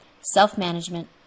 self-management